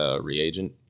reagent